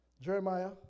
Jeremiah